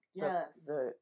Yes